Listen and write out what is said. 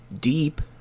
deep